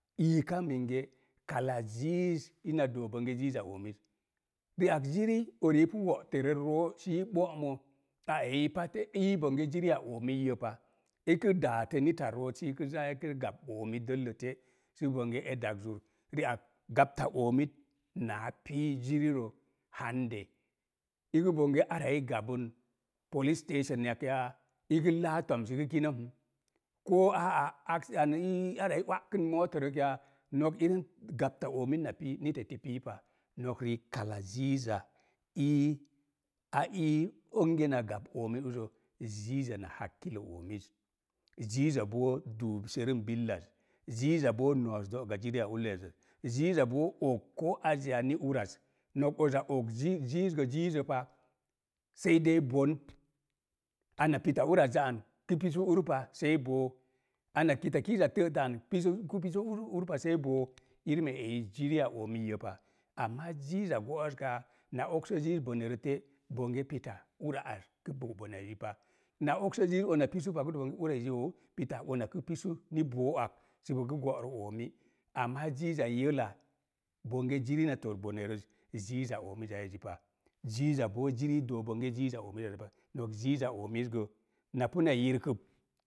Iika minge, kala ziiz ina doo bonge ziiza oomis. Ri'ak ziri ori ipu wo̱'tere roo sə i ɓo'mo, a eyi pat e yi bonge ziriya oomiiyi pa, ikə daatə neta root sə iki zaa ekə gap oomi dəllə te sə bonge e daks zur. Ri'ak gapta oomit naa pii ziriro hande ikə bonge ara i gabun polis stesonak yaa, ikə laa to̱ms ikə kinə hə. Koo aa á aks an ii ara i wa'kən mootarək ya, no̱k in gapta oomit na pii, niteti pii pa. Nok riik kala ziiza ii, a ii onge na gap oomizzə, ziiza na hakkilo oomiz, ziiza boo duuk serum billaz, ziiza boo no̱o̱s do̱'ga ziri ya ulloi yaz, ziiza boo og koo aze ya ni uraz. Nok oza og ziiz ziiz gə ziizə pa, sei dei bon. Ana pita urazzə an kə pisu ur pa, sei boo. Ana kitakiizaz tə'tə an pisu, kə pisu ur ur pa sei boo, irima eyi ziri ya oomii yo pa, amma ziiza go̱'o̱s gaa, na oksə ziiz bonerə te bonge pita ura az kə og boneya ezi pa. Na oksə ziiz ona pisu pa kə doo bonge ura ezi woo pita una kə pisu ni boo ak səbon kə go'rə oomi. Amma ziiza yela bonge zirii na tor bone rəz, ziiza oomizzaa ezi pa, ziiza boo zirii dook bonge ziiza oomizazzə pa, no̱k ziiza oomiz gr na puna yirkəp.